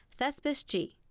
ThespisG